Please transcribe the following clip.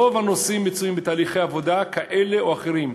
רוב הנושאים מצויים בתהליכי עבודה כאלה או אחרים,